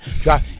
drop